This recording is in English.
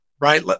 right